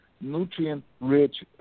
nutrient-rich